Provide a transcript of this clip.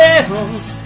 else